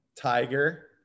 Tiger